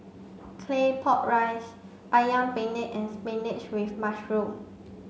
Claypot Rice Ayam Penyet and spinach with mushroom